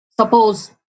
suppose